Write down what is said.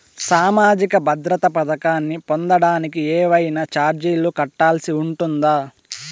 సామాజిక భద్రత పథకాన్ని పొందడానికి ఏవైనా చార్జీలు కట్టాల్సి ఉంటుందా?